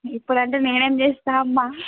ఇప్పుడంటే నేనేం చేస్తాను అమ్మా